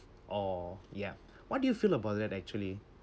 or ya what do you feel about that actually